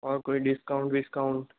और कोई डिस्काउंट विस्काउंट